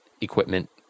equipment